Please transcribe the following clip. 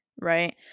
right